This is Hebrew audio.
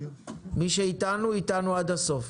מי שאיתנו איתנו עד הסוף.